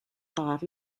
pagar